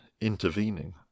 intervening